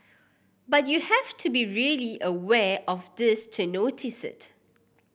but you have to be really aware of this to notice it